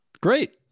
Great